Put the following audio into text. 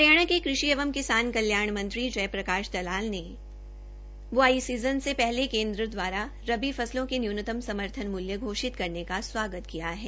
हरियाणा के कृषि एवं किसान कल्याण मंत्री जय प्रकाश दलाल ने ब्आई सीज़न से पहले केन्द्र द्वारा रबी फसलों के न्यूनतम समर्थन मूल्य घोषित करने का स्वागत किया है